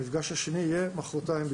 המפגש השני יהיה מחרתיים.